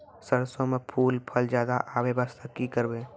सरसों म फूल फल ज्यादा आबै बास्ते कि करबै?